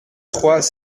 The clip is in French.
trois